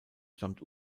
stammt